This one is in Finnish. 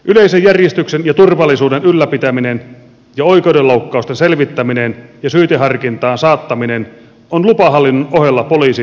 yleisen järjestyksen ja turvallisuuden ylläpitäminen ja oikeudenloukkausten selvittäminen ja syyteharkintaan saattaminen ovat lupahallinnon ohella poliisin perustehtäviä